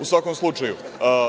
U svakom slučaju,